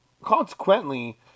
Consequently